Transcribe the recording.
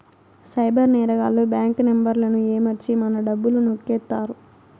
cyber నేరగాళ్లు bank నెంబర్లను ఏమర్చి మన డబ్బులు నొక్కేత్తారు